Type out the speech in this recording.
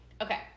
Okay